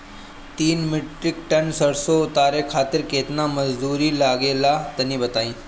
तीन metric ton सरसो उतारे खातिर केतना मजदूरी लगे ला तनि बताई?